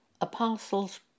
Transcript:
apostles